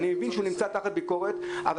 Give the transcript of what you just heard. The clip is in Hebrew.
אני מבין שהוא נמצא תחת ביקורת אבל